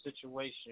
situation